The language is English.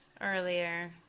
earlier